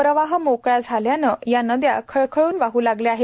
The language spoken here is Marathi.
प्रवाह मोकळा झाल्याने या नद्या खळाळून वाह् लागल्या आहे